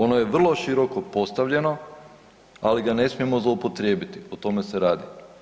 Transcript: Ono je vrlo široko postavljeno, ali ga ne smijemo zloupotrijebiti o tome se radi.